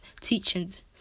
teachings